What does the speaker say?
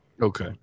Okay